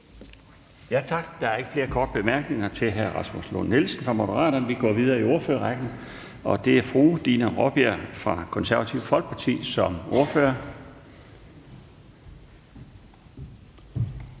Tak. Der er ikke flere korte bemærkninger til hr. Rasmus Lund-Nielsen fra Moderaterne. Vi går videre i ordførerrækken, og det er fru Dina Raabjerg fra Det Konservative Folkeparti som ordfører.